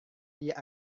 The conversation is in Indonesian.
dia